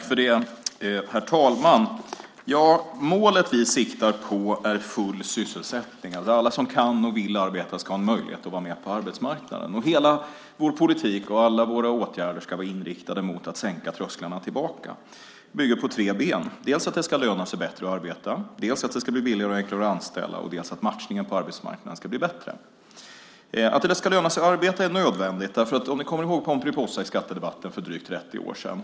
Herr talman! Målet vi siktar på är full sysselsättning. Alla som kan och vill arbeta ska ha en möjlighet att vara med på arbetsmarknaden. Hela vår politik och alla våra åtgärder ska vara inriktade mot att sänka trösklarna tillbaka. Det bygger på tre ben, nämligen dels att det ska löna sig bättre att arbete, dels att det ska bli billigare och enklare att anställa och dels att matchningen på arbetsmarknaden ska bli bättre. Det är nödvändigt att det ska löna sig att arbeta. Ni kanske kommer ihåg Pomperipossa i skattedebatten för drygt 30 år sedan.